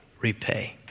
repay